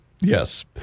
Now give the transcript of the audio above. Yes